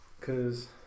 cause